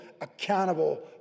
accountable